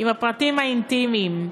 עם הפרטים האינטימיים,